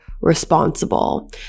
responsible